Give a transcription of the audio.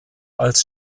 als